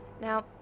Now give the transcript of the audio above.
Now